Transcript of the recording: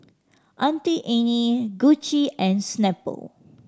Auntie Anne Gucci and Snapple